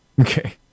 Okay